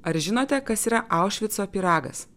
ar žinote kas yra aušvico pyragas